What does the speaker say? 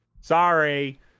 sorry